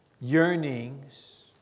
yearnings